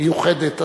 מיוחדת,